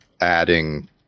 adding